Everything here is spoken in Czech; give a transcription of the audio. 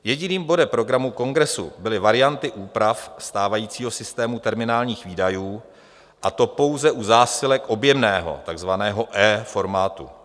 Jediným bodem programu kongresu byly varianty úprav stávajícího systému terminálních výdajů, a to pouze u zásilek objemného, takzvaného E formátu.